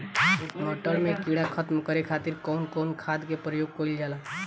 मटर में कीड़ा खत्म करे खातीर कउन कउन खाद के प्रयोग कईल जाला?